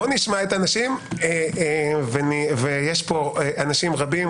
בואו נשמע את האנשים, ויש פה אנשים רבים.